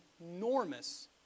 enormous